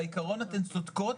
בעיקרון אתן צודקות,